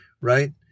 right